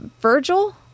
Virgil